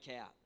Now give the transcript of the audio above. out